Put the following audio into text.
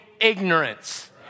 ignorance